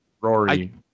Rory